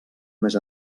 més